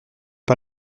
par